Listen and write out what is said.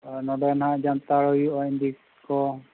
ᱱᱚᱸᱰᱮᱱᱟᱜ ᱡᱟᱱᱛᱷᱟᱲ ᱦᱩᱭᱩᱜᱼᱟ ᱫᱤᱠ ᱠᱚ